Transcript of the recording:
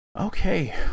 Okay